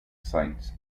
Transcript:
sites